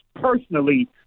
personally